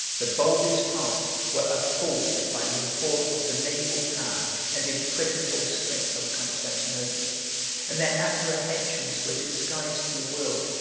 the boldest hearts were appalled by the report of the naval power and impregnable strength of constantinople and their apprehensions were disguised to the world,